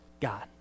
God